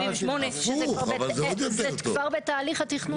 78 שזה כבר --- אבל זה כבר בתהליך התכנון עצמו.